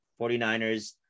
49ers